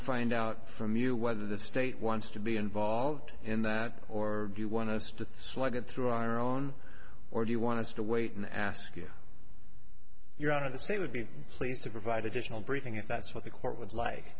to find out from you whether the state wants to be involved in that or do you want us to slug it through our own or do you want to wait and ask you you're out of the state would be pleased to provide additional briefing if that's what the court would like